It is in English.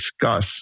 discuss